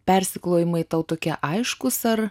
persiklojimai tau tokie aiškūs ar